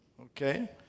Okay